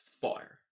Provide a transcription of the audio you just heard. Fire